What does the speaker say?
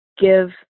give